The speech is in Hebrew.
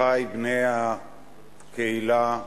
אחי בני הקהילה האתיופית,